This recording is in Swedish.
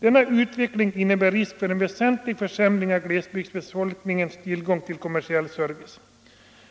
Denna utveckling innebär risk för en väsentlig försämring av glesbygdsbefolkningens tillgång till kommersiell service.